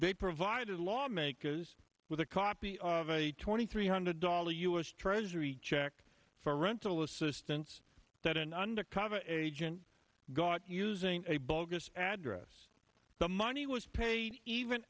they provided lawmakers with a copy of a twenty three hundred dollar u s treasury check for rental assistance that an undercover agent got using a bogus address the money was paid even